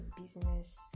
business